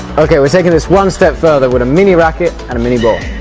okay, we are taking this one step further with a mini racket and mini ball.